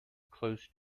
close